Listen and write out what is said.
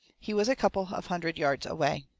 he was a couple of hundred yards away.